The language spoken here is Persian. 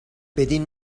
بدین